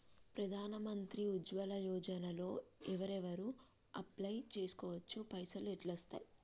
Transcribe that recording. ప్రధాన మంత్రి ఉజ్వల్ యోజన లో ఎవరెవరు అప్లయ్ చేస్కోవచ్చు? పైసల్ ఎట్లస్తయి?